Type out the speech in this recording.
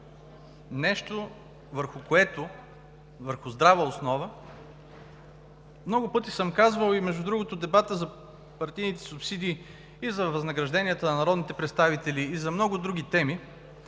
умения, нещо върху здрава основа. Много пъти съм казвал, между другото, и в дебата за партийните субсидии, и за възнагражденията на народните представители, и по много други теми